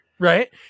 Right